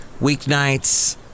weeknights